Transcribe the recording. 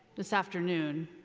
this afternoon,